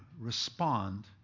respond